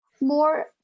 more